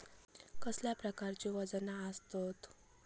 कसल्या प्रकारची वजना आसतत?